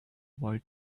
boy